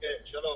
שלום